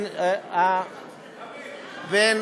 לבין